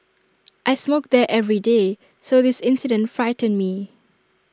I smoke there every day so this incident frightened me